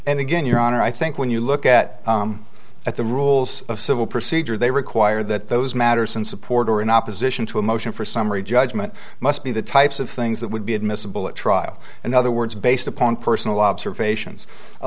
and again your honor i think when you look at it the rules of civil procedure they require that those matters in support or in opposition to a motion for summary judgment must be the types of things that would be admissible at trial in other words based upon personal observations a